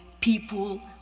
people